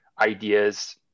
ideas